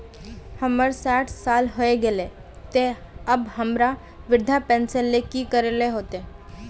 हमर सायट साल होय गले ते अब हमरा वृद्धा पेंशन ले की करे ले होते?